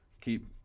keep